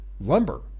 lumber